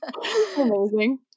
amazing